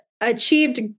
Achieved